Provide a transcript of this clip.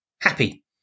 Happy